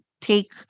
take